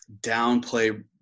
downplay